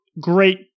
great